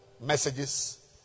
messages